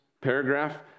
paragraph